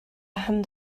hand